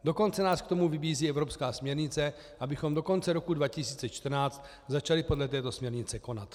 Dokonce nás k tomu vybízí i evropská směrnice, abychom do konce roku 2014 začali podle této směrnice konat.